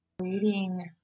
Leading